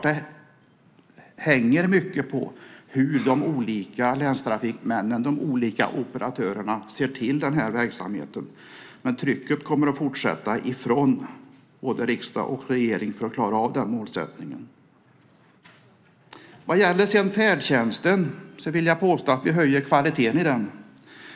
Det hänger mycket på hur de olika länstrafiknämnderna och operatörerna ser till den här verksamheten. Men trycket kommer att fortsätta från både riksdag och regering för att klara av den målsättningen. Vad gäller färdtjänsten vill jag påstå att vi höjer kvaliteten.